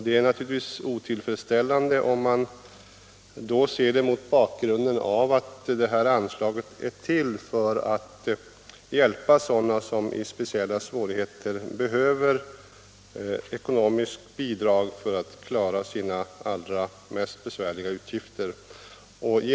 Det är naturligtvis otillfredsställande, om man ser det mot bakgrunden av att det här anslaget är till för att hjälpa sådana som i speciella svårigheter behöver ekonomiskt bidrag för att klara sina allra mest nödvändiga utgifter.